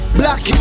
black